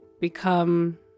become